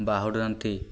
ବାହୁଡ଼ନ୍ତି